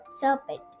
serpent